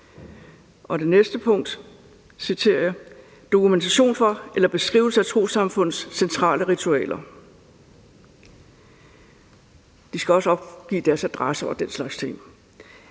Som det næste punkt står der: »Dokumentation for eller beskrivelse af trossamfundets centrale ritualer.« De skal også opgive deres adresse og den slags ting.